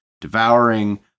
devouring